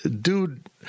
Dude